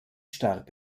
starb